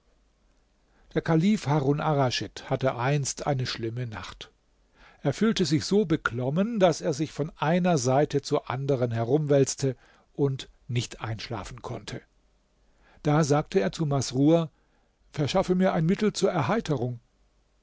der kalif harun arraschid hatte einst eine schlimme nacht er fühlte sich so beklommen daß er sich von einer seite zur anderen herumwälzte und nicht einschlafen konnte da sagte er zu masrur verschaffe mir ein mittel zur erheiterung